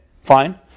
fine